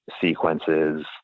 sequences